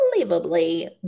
unbelievably